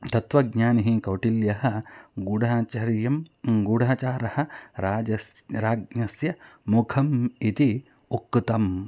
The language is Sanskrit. तत्त्वज्ञानी कौटिल्यः गूढचर्या गूढाचारः राज्ञः राज्ञः मुखम् इति उक्तम्